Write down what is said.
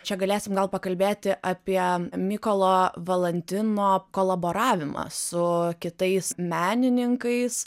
čia galėsim gal pakalbėti apie mykolo valantino kolaboravimą su kitais menininkais